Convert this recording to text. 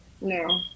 No